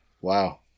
wow